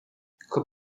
her